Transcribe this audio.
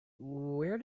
where